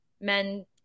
men